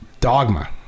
dogma